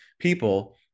people